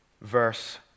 verse